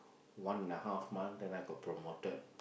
one and a half month then I got promoted